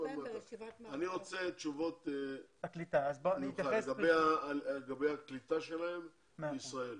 רוצה תשובות לגבי הקליטה שלהם בישראל.